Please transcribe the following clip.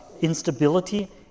instability